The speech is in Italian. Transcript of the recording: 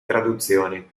traduzioni